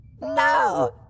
No